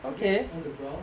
okay on the ground